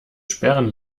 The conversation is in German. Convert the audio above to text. sperren